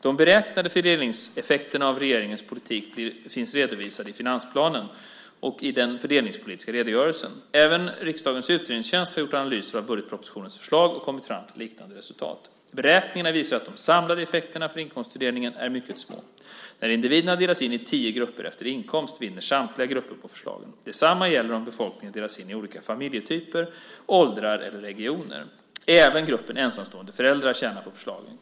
De beräknade fördelningseffekterna av regeringens politik finns redovisade i finansplanen och i den fördelningspolitiska redogörelsen. Även riksdagens utredningstjänst har gjort analyser av budgetpropositionens förslag och kommit fram till liknande resultat. Beräkningarna visar att de samlade effekterna av inkomstfördelningen är mycket små. När individerna delas in i tio grupper efter inkomst vinner samtliga grupper på förslagen. Detsamma gäller om befolkningen delas in i olika familjetyper, åldrar eller regioner. Även gruppen ensamstående föräldrar tjänar på förslagen.